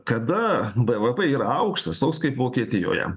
kada bvp yra aukštas toks kaip vokietijoje